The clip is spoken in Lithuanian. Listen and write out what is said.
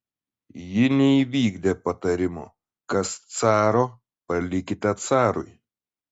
ji neįvykdė patarimo kas caro palikite carui